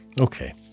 Okay